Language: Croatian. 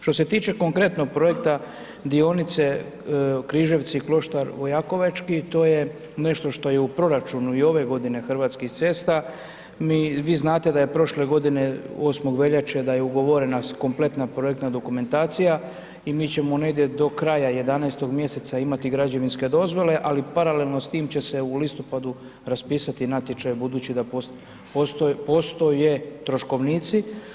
Što se tiče konkretnog projekta dionice Križevci-Kloštar Vojakovački, to je nešto što je u proračunu i ove godine Hrvatskih cesta, vi znate da je prošle godine 8. veljače da je ugovorena kompletna projektna dokumentacija i mi ćemo negdje do kraja 11 mjeseca imati građevinske dozvole ali paralelno s time će se u listopadu raspisati natječaj budući da postoje troškovnici.